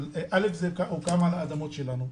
אבל זה הוקם על האדמות שלנו,